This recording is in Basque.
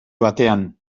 batean